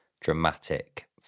dramatic